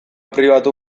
pribatu